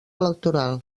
electoral